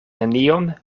nenion